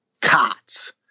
cots